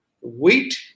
wheat